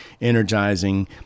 energizing